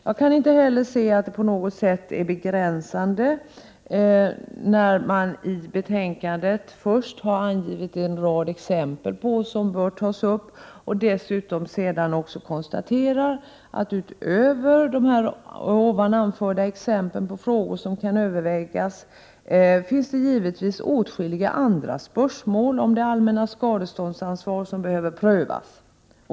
Jag kan inte heller se att det på något sätt är begränsande när man i betänkandet först har angivit en rad exempel på vad som bör tas upp och dessutom även konstaterar att det, utöver de anförda exemplen på frågor som kan övervägas, givetvis finns åtskilliga andra spörsmål om det allmänna skadeståndsansvaret som behöver prövas.